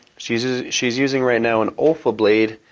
she's ah she's using right now an olfa blade,